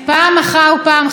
אנחנו מרצ.